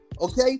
okay